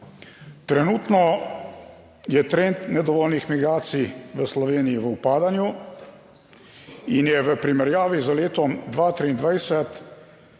Trenutno je trend nedovoljenih migracij v Sloveniji v upadanju in je v primerjavi z letom 2023